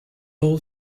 all